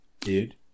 dude